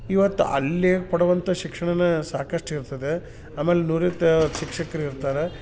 ಇವತ್ತು ಅಲ್ಲೆ ಕೊಡುವಂಥ ಶಿಕ್ಷಣನಾ ಸಾಕಷ್ಟು ಇರ್ತದ ಆಮೇಲೆ ನುರಿತ ಶಿಕ್ಷಕರು ಇರ್ತಾರೆ